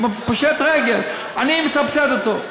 פושט רגל, אני מסבסד אותו.